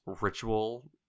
ritual